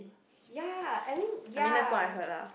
ya I mean ya